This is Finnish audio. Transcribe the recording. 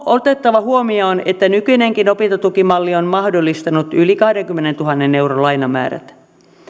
otettava huomioon että nykyinenkin opintotukimalli on mahdollistanut yli kahdenkymmenentuhannen euron lainamäärät